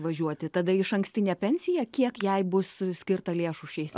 važiuoti tada į išankstinę pensiją kiek jai bus skirta lėšų šiais